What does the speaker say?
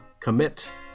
commit